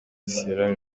sierra